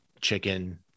chicken